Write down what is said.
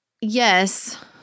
yes